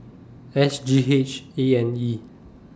S G H A and E